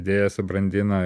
idėją subrandino